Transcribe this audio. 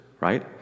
right